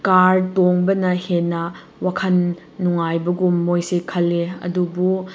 car ꯇꯣꯡꯕꯅ ꯍꯦꯟꯅ ꯋꯥꯈꯜ ꯅꯨꯡꯉꯥꯏꯕꯒꯨꯝ ꯃꯣꯏꯁꯦ ꯈꯜꯂꯦ ꯑꯗꯨꯕꯨ